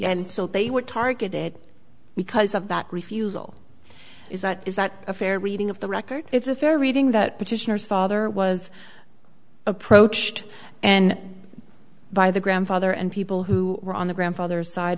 right they were targeted because of that refusal is that is that a fair reading of the record it's a fair reading that petitioners father was approached and by the grandfather and people who were on the grandfather's side